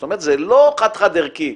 זאת אומרת זה לא חד חד ערכי,